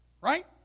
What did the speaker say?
right